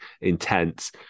intense